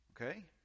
Okay